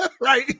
Right